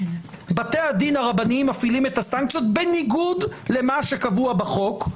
בתי הדין הרבניים מפעילים את הסנקציות בניגוד למה שקבוע בחוק,